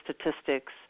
statistics